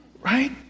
right